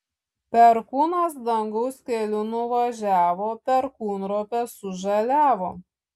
perkūnas dangaus keliu nuvažiavo perkūnropės sužaliavo